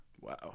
Wow